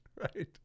right